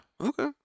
Okay